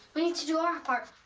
we need to do our part.